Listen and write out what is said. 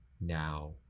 now